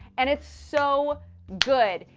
and it's so good!